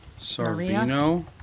Sarvino